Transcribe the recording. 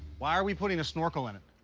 why are we putting a snorkel in it?